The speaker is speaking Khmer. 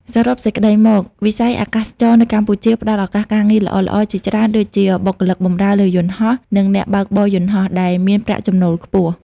សរុបសេចក្តីមក វិស័យអាកាសចរណ៍នៅកម្ពុជាផ្តល់ឱកាសការងារល្អៗជាច្រើនដូចជា បុគ្គលិកបម្រើលើយន្តហោះ និងអ្នកបើកបរយន្តហោះ ដែលមានប្រាក់ចំណូលខ្ពស់។